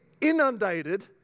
inundated